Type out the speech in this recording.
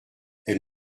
elle